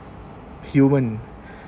human